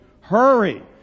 Hurry